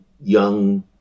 young